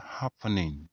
happening